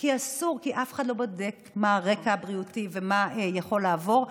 כי אף אחד לא בודק מה הרקע הבריאותי ומה יכול לעבור,